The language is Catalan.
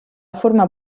formar